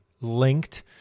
linked